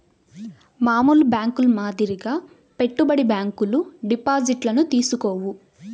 మామూలు బ్యేంకుల మాదిరిగా పెట్టుబడి బ్యాంకులు డిపాజిట్లను తీసుకోవు